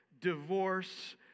divorce